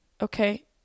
okay